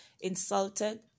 insulted